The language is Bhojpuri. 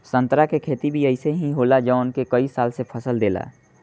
संतरा के खेती भी अइसे ही होला जवन के कई साल से फल देला